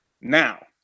now